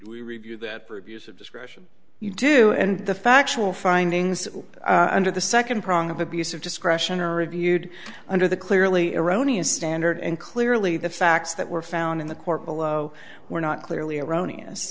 we review that for abuse of discretion you do and the factual findings under the second prong of abuse of discretion are reviewed under the clearly erroneous standard and clearly the facts that were found in the court below were not clearly erroneous